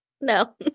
No